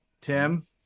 Tim